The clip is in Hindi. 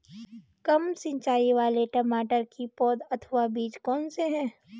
कम सिंचाई वाले टमाटर की पौध अथवा बीज कौन से हैं?